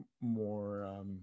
more